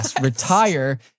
Retire